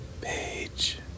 Page